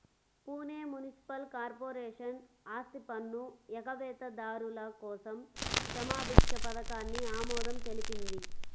Pune municipal corporation ఆస్తిపన్ను ఎగవేతదారుల కోసం క్షమాభిక్ష పథకానికి ఆమోదం తెలిపింది